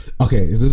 okay